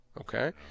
okay